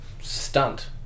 stunt